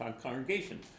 congregation